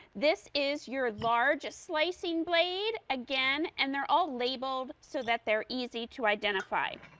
this is your large, a slicing blade, again, and they are all labeled so that they are easy to identify.